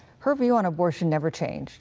her view on abortion never changed.